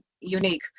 unique